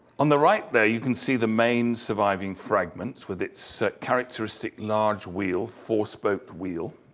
on the right there you can see the main surviving fragment with it's so characteristic large wheel, four spoked wheel,